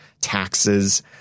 taxes –